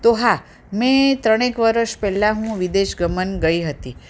તો હા મેં ત્રણેક વરસ પહેલાં હું વિદેશ ગમન ગઈ હતી